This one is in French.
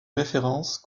référence